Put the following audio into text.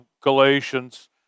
Galatians